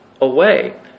away